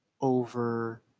over